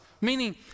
Meaning